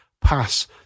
pass